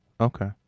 okay